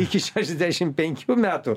iki šešiasdešim penkių metų